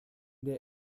der